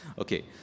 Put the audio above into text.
okay